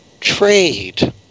trade